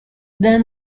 then